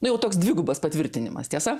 nu jau toks dvigubas patvirtinimas tiesa